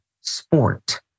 sport